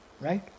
Right